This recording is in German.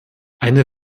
eine